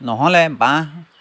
নহ'লে বাঁহ